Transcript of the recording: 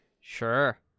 Sure